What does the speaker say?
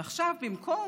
ועכשיו, במקום